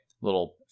little